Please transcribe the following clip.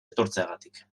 etortzeagatik